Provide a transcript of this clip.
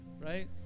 Right